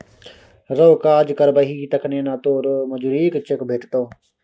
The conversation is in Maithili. रौ काज करबही तखने न तोरो मजुरीक चेक भेटतौ